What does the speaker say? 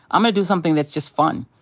i'm gonna do something that's just fun.